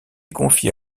confie